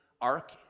ark